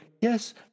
Yes